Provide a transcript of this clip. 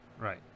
Right